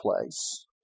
place